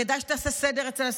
כדאי שתעשה סדר אצלם,